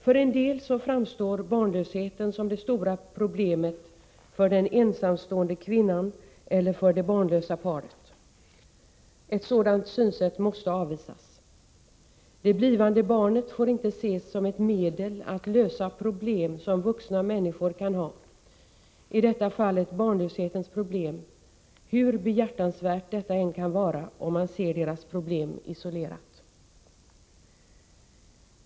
För en del framstår barnlösheten som det stora problemet för den ensamstående kvinnan eller för det barnlösa paret. Ett sådant synsätt måste avvisas. Det blivande barnet får inte ses som ett medel att lösa problem som vuxna människor kan ha — i detta fall barnlöshetens problem — hur behjärtansvärt detta än kan vara, om man ser deras problem isolerat.